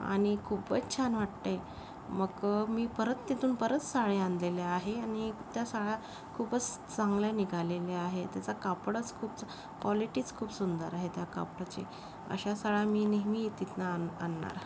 आणि खूपच छान वाटते मग मी परत तिथून परत साडया आणलेल्या आहे आणि त्या साडया खूपच चांगल्या निघालेल्या आहे त्याचा कापडच खूप चा क्वॉलिटीच खूप सुंदर आहे त्या कापडाची अशा साडया मी नेहमी तिथनं आन आणणार